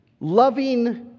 loving